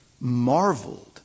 marveled